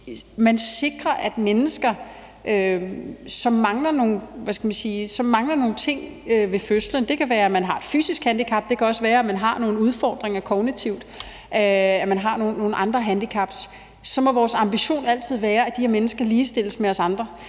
Hvis mennesker mangler nogle ting fra fødslen – det kan være, at de har et fysisk handicap, det kan også være, at de har nogle kognitive udfordringer eller har nogle andre handicaps – så må vores ambition altid være, at vi sikrer, at de her mennesker ligestilles med os andre,